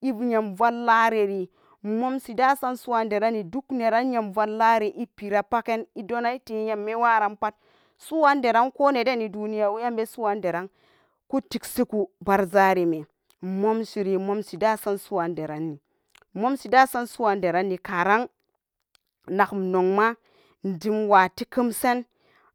Iyamvallarari nmmansi dasan su ran deranni dokneran nyan vallare iperapaken idonan iteyammi waranpa'r soran dedaran koh ticshi vallareme immunshiri nmmusha da samsurani karun nakumnoma injimwa tikemsan